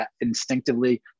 instinctively